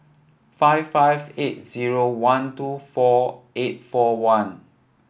five five eight zero one two four eight four one